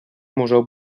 museu